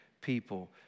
people